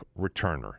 returner